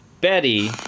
betty